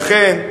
לכן,